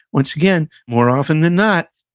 once again, more often than not,